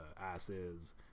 asses